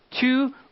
two